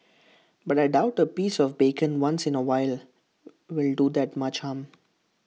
but I doubt A piece of bacon once in A while will do that much harm